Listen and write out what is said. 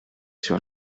sur